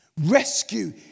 rescue